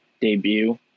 debut